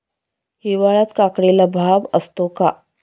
हिवाळ्यात काकडीला भाव असतो का?